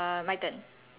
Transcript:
okay